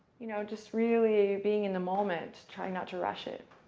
you know just really being in the moment, trying not to rush it.